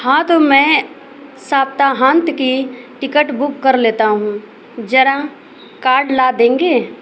हाँ तो मैं सप्ताहांत की टिकट बुक कर लेता हूँ ज़रा कार्ड ला देंगे